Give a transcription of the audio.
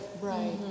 Right